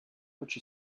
which